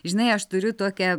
žinai aš turiu tokią